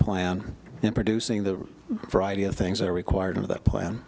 in producing the variety of things that are required of that plan